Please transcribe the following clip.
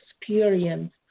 experience